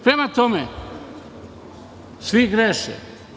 Prema tome svi greše.